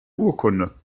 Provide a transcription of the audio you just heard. urkunde